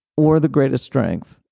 or the greatest strength.